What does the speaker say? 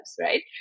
right